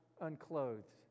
unclothed